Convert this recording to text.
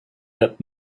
that